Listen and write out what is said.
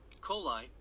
coli